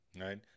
right